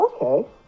okay